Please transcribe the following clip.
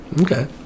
Okay